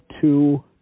two